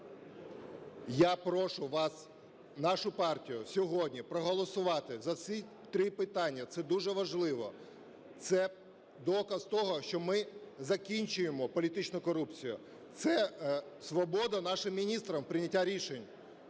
Я прошу вас, нашу партію сьогодні проголосувати за ці три питання, це дуже важливо. Це доказ того, що ми закінчуємо політичну корупцію. Це свобода нашим міністрам в прийнятті рішень.